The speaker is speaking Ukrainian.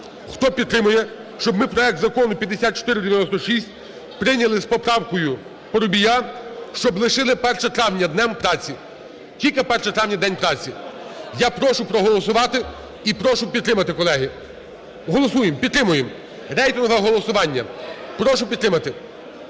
Хто підтримує, щоб ми проект закону 5496 прийняли з поправкою Парубія, щоб лишили 1 травня Днем праці, тільки 1 травня – День праці. Я прошу проголосувати і прошу підтримати, колеги. Голосуємо, підтримуємо. Рейтингове голосування. Прошу підтримати.